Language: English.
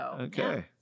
Okay